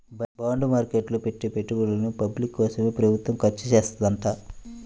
bond market లో పెట్టే పెట్టుబడుల్ని పబ్లిక్ కోసమే ప్రభుత్వం ఖర్చుచేత్తదంట